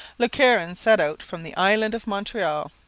le caron set out from the island of montreal